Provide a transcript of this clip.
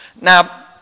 Now